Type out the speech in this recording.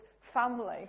family